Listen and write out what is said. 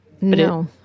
No